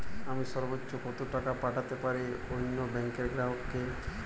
আমি সর্বোচ্চ কতো টাকা পাঠাতে পারি অন্য ব্যাংকের গ্রাহক কে?